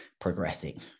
progressing